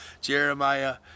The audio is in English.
Jeremiah